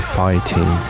fighting